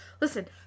Listen